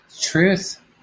Truth